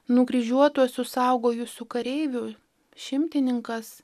nukryžiuotuosius saugojusių kareivių šimtininkas